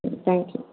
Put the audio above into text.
ம் thank you